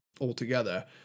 altogether